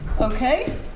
Okay